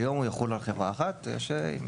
כיום הוא יחול על חברה אחת, ואם